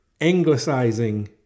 Anglicizing